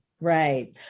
Right